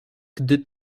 gdy